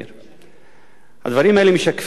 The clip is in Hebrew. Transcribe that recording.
כבוד היושב-ראש, הדברים האלה משקפים את האטימות